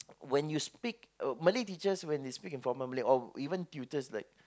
when you speak uh Malay teachers when they speak in formal Malay or even tutors like